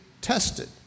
tested